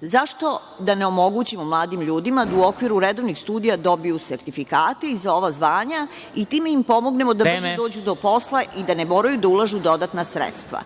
Zašto da ne omogućimo mladim ljudima da u okviru redovnih studija dobiju sertifikate i za ova znanja i time im pomognemo da brže dođu do posla i da ne moraju da ulažu dodatna sredstva.